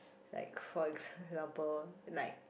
like for example like